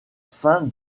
fin